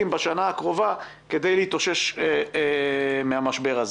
בשנה הקרובה כדי להתאושש מהמשבר הזה.